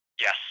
yes